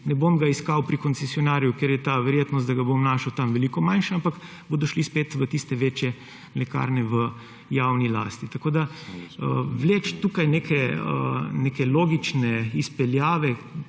ne bom ga iskal pri koncesionarju, ker je ta verjetnost, da ga bom našel tam, veliko manjše, ampak bodo šli spet v tiste večje lekarne v javni lasti. Vleči tukaj neke logične izpeljave